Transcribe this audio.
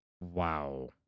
Wow